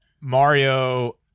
Mario